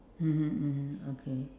mmhmm mmhmm okay